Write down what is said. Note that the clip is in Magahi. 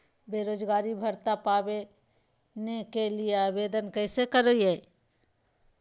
बेरोजगारी भत्ता पावे के लिए आवेदन कैसे करियय?